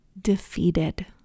defeated